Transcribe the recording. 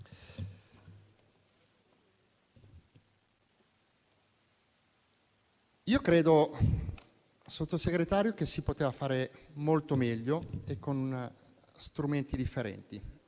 Signor Sottosegretario, credo che si poteva fare molto meglio e con strumenti differenti.